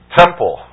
temple